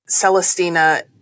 Celestina